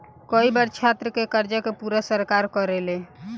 कई बार छात्र के कर्जा के पूरा सरकार करेले